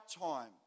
time